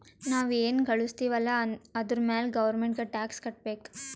ನಾವ್ ಎನ್ ಘಳುಸ್ತಿವ್ ಅಲ್ಲ ಅದುರ್ ಮ್ಯಾಲ ಗೌರ್ಮೆಂಟ್ಗ ಟ್ಯಾಕ್ಸ್ ಕಟ್ಟಬೇಕ್